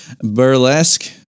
burlesque